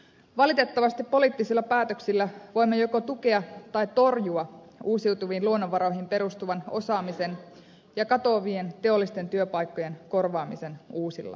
valitettavasti poliittisilla päätöksillä voimme joko tukea tai torjua uusiutuviin luonnonvaroihin perustuvan osaamisen ja katoavien teollisten työpaikkojen korvaamisen uusilla